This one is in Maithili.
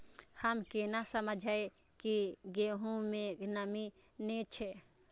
हम केना समझये की गेहूं में नमी ने छे?